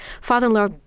father-in-law